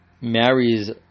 marries